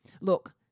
Look